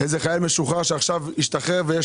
איזה חייל משוחרר שעכשיו השתחרר ויש